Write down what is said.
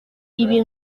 ibi